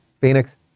Phoenix